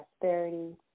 prosperity